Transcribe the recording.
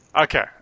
Okay